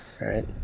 Right